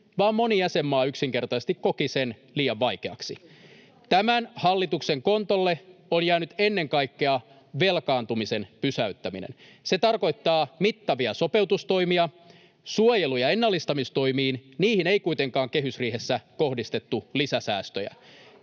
vaan moni jäsenmaa yksinkertaisesti koki sen liian vaikeaksi. [Antti Lindtman: Unkari!] Tämän hallituksen kontolle on jäänyt ennen kaikkea velkaantumisen pysäyttäminen. Se tarkoittaa mittavia sopeutustoimia. Suojelu- ja ennallistamistoimiin ei kuitenkaan kehysriihessä kohdistettu lisäsäästöjä.